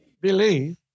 Believe